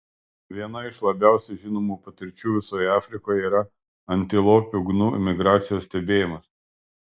viena iš labiausiai žinomų patirčių visoje afrikoje yra antilopių gnu migracijos stebėjimas